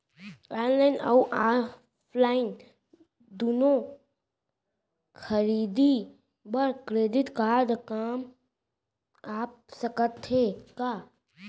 Online अऊ offline दूनो खरीदी बर क्रेडिट कारड काम आप सकत हे का?